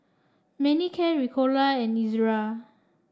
Manicare Ricola and Ezerra